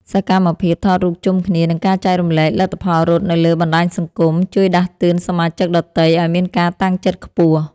សកម្មភាពថតរូបជុំគ្នា និងការចែករំលែកលទ្ធផលរត់នៅលើបណ្ដាញសង្គម ជួយដាស់តឿនសមាជិកដទៃឱ្យមានការតាំងចិត្តខ្ពស់។